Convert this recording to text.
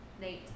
nate